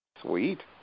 Sweet